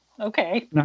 okay